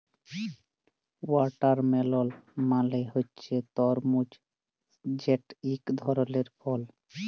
watermelon মালে হছে তরমুজ যেট ইক ধরলের ফল